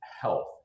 health